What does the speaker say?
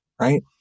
right